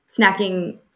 snacking